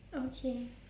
okay